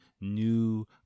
new